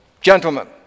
Gentlemen